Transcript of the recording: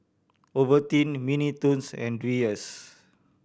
Ovaltine Mini Toons and Dreyers